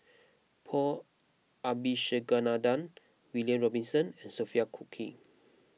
Paul Abisheganaden William Robinson and Sophia Cooke